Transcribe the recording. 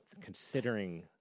considering